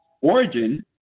origin